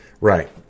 Right